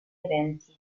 eventi